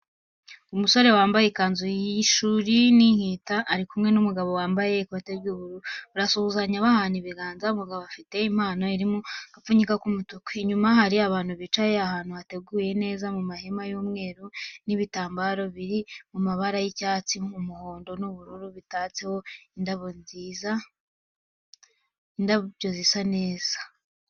Umusore wambaye ikanzu y’ishuri n’ikinyita ari kumwe n’umugabo wambaye ikote ry’ubururu. Barasuhuzanya bahana ibiganza, umugabo afite impano iri mu gapfunyika k’umutuku. Inyuma hari abantu bicaye, ahantu hateguwe neza mu mahema y'umweru n'ibitambaro biri mu mabara y’icyatsi, umuhondo n’ubururu bitanseho indabyo zisa neza.